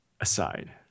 Aside